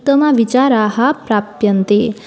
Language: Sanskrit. उत्तमविचाराः प्राप्यन्ते